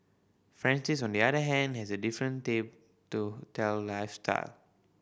Francis on the other hand has a different tale to tell lifestyle